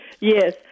Yes